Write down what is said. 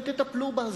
לכן תטפלו בה,